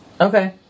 Okay